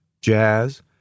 jazz